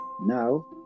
Now